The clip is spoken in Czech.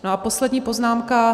No a poslední poznámka.